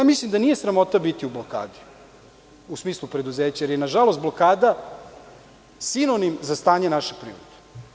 Ja mislim da nije sramota biti u blokadi u smislu preduzeća, jer je, nažalost, blokada sinonim za stanje naše privrede.